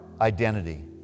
identity